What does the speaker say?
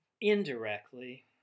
indirectly